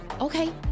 okay